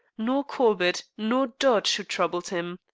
nor corbett, nor dodge who troubled him.